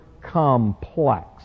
complex